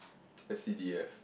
S C D F